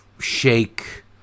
shake